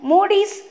Modi's